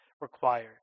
required